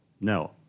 No